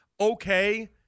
Okay